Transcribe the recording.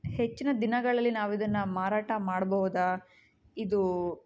ಹೆಚ್ಚಿನ ದಿನಗಳಲ್ಲಿ ನಾವಿದನ್ನು ಮಾರಾಟ ಮಾಡಬಹುದಾ ಇದು